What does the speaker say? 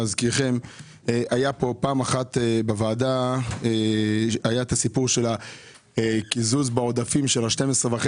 להזכירכם שהיה פעם בוועדה הסיפור של הקיזוז בעודפים של ה-12.5